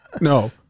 No